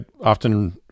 often